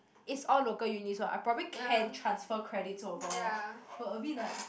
is all local uni so I probably can transfer credits over but a bit like